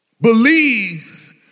believes